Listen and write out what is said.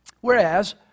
Whereas